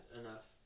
enough